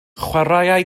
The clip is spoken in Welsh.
chwaraea